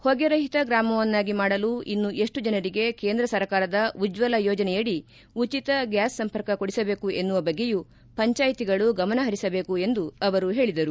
ಹೊಗೆರಹಿತ ಗ್ರಾಮವನ್ನಾಗಿ ಮಾಡಲು ಇನ್ನು ಎಷ್ಟು ಜನರಿಗೆ ಕೇಂದ್ರ ಸರ್ಕಾರದ ಉಜ್ವಲ ಯೋಜನೆಯಡಿ ಉಚಿತ ಗ್ಲಾಸ್ ಸಂಪರ್ಕ ಕೊಡಿಸಬೇಕು ಎನ್ನುವ ಬಗ್ಗೆಯೂ ಪಂಜಾಯಿತಿಗಳು ಗಮನಪರಿಸಬೇಕು ಎಂದು ಅವರು ಹೇಳಿದರು